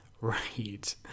right